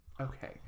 Okay